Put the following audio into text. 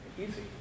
easy